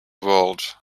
world